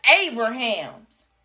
Abraham's